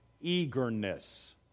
eagerness